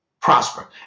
prosper